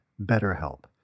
BetterHelp